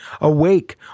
awake